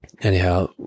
Anyhow